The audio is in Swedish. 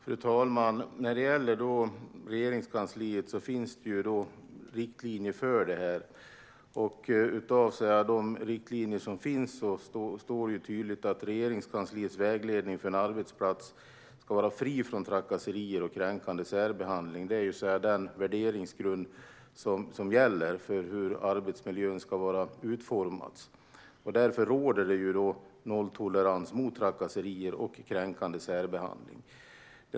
Fru talman! När det gäller Regeringskansliet finns det tydliga riktlinjer för detta i Regeringskansliets vägledning för en arbetsplats fri från trakasserier och kränkande särbehandling. Det här är den värderingsgrund som gäller för hur arbetsmiljön ska vara utformad. Därför råder nolltolerans mot trakasserier och kränkande särbehandling.